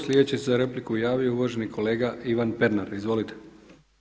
Sljedeći se za repliku javio uvaženi kolega Ivan Pernar, izvolite.